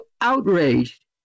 outraged